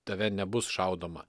tave nebus šaudoma